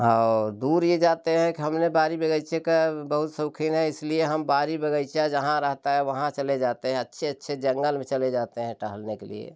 और दूर ये जाते हैं कि हमें बाड़ी बगीचे का बहुत शौकीन है इसलिए हम बाड़ी बगीचा जहाँ रहता है वहाँ चले जाते हैं अच्छे अच्छे जंगल में चले जाते हैं टहलने के लिए